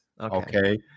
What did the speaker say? Okay